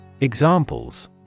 Examples